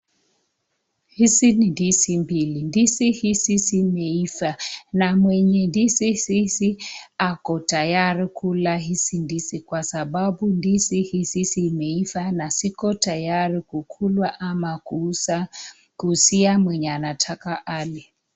Hizi ni ndizi mbili, ndizi hizi zimeiva, na mwenye ndizi hizi ako tayari kula hizi ndizi kwa sababu ndizi hizi zimeiva na ziko tayari kukulwa ama kuuzwa, kuuzia mwenye anataka ale.